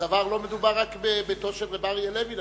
ולא מדובר רק בביתו של הרב אריה לוין.